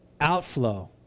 outflow